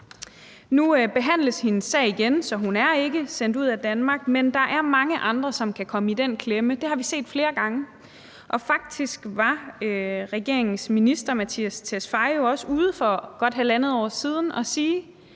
Nu behandles hendes sag igen, så hun er ikke sendt ud af Danmark, men der er mange andre, som kan komme i den klemme; det har vi set flere gange. Og faktisk var regeringens udlændinge- og integrationsminister jo også ude for godt halvandet år siden at sige: